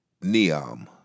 Neom